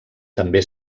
també